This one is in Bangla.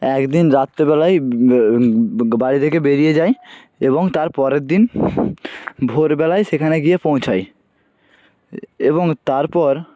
একদিন রাত্রেবেলায় বাড়ি থেকে বেরিয়ে যাই এবং তার পরের দিন ভোরবেলায় সেখানে গিয়ে পৌঁছাই এবং তারপর